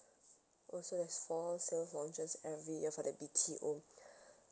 oh so there's four sale launches every year for the B_T_O